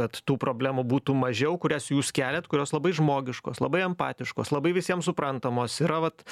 kad tų problemų būtų mažiau kurias jūs keliat kurios labai žmogiškos labai empatiškos labai visiems suprantamos yra vat